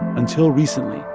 until recently,